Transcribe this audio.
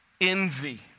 envy